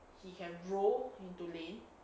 he can roll into lane